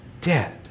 dead